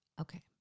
Okay